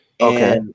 Okay